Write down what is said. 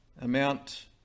amount